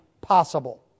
possible